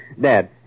Dad